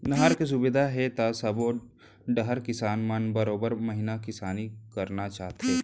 नहर के सुबिधा हे त सबो डहर किसान मन बारो महिना किसानी करना चाहथे